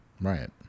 right